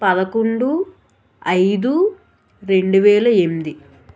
పదకొండు ఐదు రెండువేల ఎనిమిది